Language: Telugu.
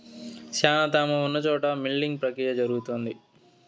శ్యానా త్యామ ఉన్న చోట విల్టింగ్ ప్రక్రియ జరుగుతాది